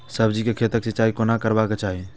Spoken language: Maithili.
सब्जी के खेतक सिंचाई कोना करबाक चाहि?